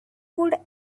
would